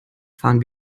fahren